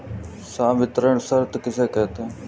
संवितरण शर्त किसे कहते हैं?